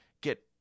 get